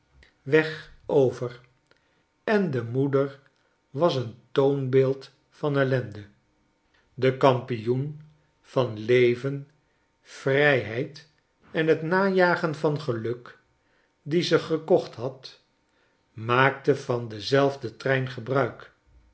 weg over en de moeder was een toonbeeld van ellende de kampioen van leven vrijheid en het najagen van geluk die ze gekocht had maakte van denzelfden trein gebruik